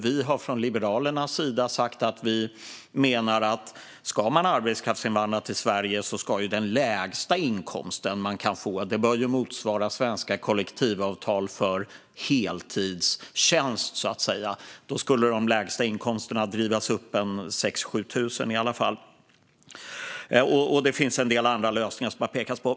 Vi har från Liberalernas sida sagt: Ska man arbetskraftsinvandra till Sverige bör den lägsta inkomst man kan få motsvara svenska kollektivavtal för heltidstjänst. Då skulle de lägsta inkomsterna drivas upp med åtminstone 6 000-7 000. Det finns också en del andra lösningar som det har pekats på.